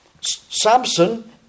Samson